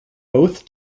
both